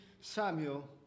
Samuel